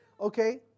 Okay